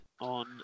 on